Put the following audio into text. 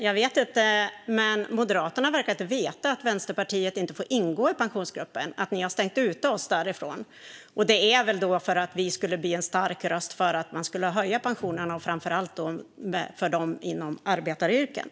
Fru talman! Moderaterna verkar inte veta att Vänsterpartiet inte får ingå i Pensionsgruppen. Ni har stängt ute oss därifrån, antagligen för att vi skulle bli en stark röst för höjda pensioner, framför allt inom arbetaryrken.